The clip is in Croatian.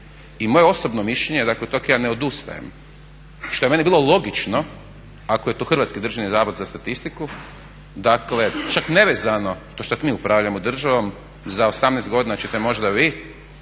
I moje osobno mišljenje je, dakle od tog ja ne odustajem, što je meni bilo logično ako je to Hrvatski državni zavod za statistiku dakle čak nevezano to što mi upravljamo državom za 18 godina ćete možda vi